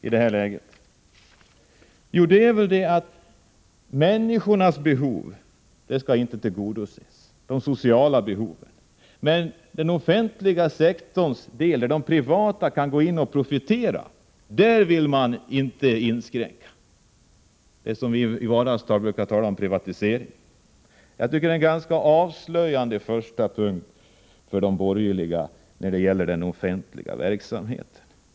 Jo, människornas behov, de sociala behoven, skall inte tillgodoses, men den del av den offentliga sektorn där det privata kan gå in och profitera skall man inte inskränka på. Det handlar om vad vi i vardagslag talar om som privatisering. Jag tycker att denna första punkt är ganska avslöjande för de borgerliga.